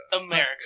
America